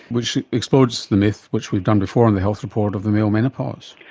which explodes the myth which we've done before on the health report of the male menopause.